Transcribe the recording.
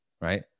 right